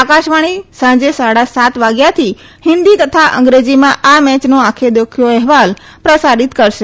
આકાશવાણી સાંજે સાડા સાત વાગ્યાથી હિન્દી તથા અંગ્રેજીમાં આ મેચનો આંખે દેખ્યો અહેવાલ પ્રસારિત કરશે